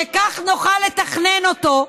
וכך נוכל לתכנן אותו.